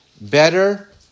better